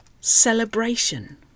celebration